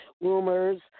rumors